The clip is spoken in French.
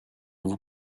vous